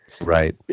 right